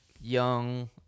young